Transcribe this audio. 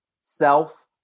self